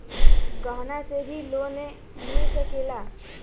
गहना से भी लोने मिल सकेला?